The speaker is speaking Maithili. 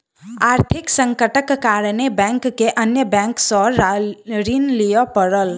आर्थिक संकटक कारणेँ बैंक के अन्य बैंक सॅ ऋण लिअ पड़ल